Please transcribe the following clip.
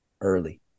early